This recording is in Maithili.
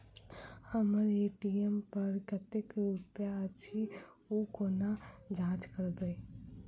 हम्मर ए.टी.एम पर कतेक रुपया अछि, ओ कोना जाँच करबै?